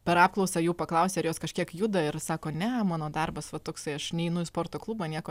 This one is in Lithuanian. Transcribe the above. per apklausą jų paklausė ar jos kažkiek juda ir sako ne mano darbas va toksai aš neinu į sporto klubą nieko